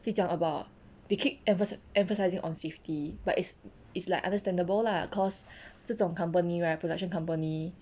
就讲 about they keep emphasi~ emphasising on safety but it's it's like understandable lah cause 这种 company right production company